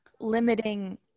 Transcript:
limiting